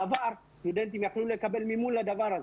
בעבר, סטודנטים יכלו לקבל מימון לדבר הזה.